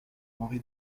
henri